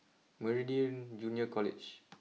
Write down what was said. Meridian Junior College